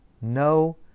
no